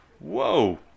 Whoa